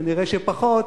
כנראה פחות,